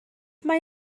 mae